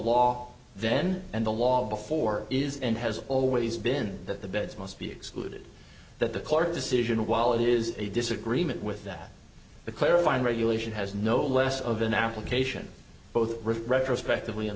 law then and the law before is and has always been that the beds must be excluded that the court decision while it is a disagreement with that the clarifying regulation has no less of an application both retrospectively in